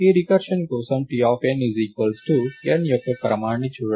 ఈ రికర్షన్ కోసం T n యొక్క క్రమాన్ని చూడటం సులభం